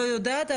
לא יודעת,